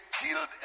killed